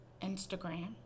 Instagram